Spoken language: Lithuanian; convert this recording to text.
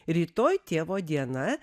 rytoj tėvo diena